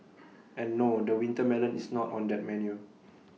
and no the winter melon is not on that menu